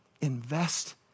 invest